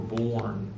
born